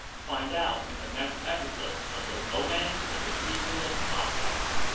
find out in the next episode of the romance of the three kingdoms podcast.